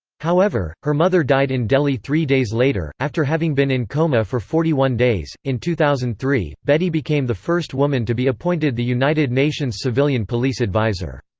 however, her mother died in delhi three days later, after having been in coma for forty one days in two thousand and three, bedi became the first woman to be appointed the united nations civilian police adviser.